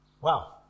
Wow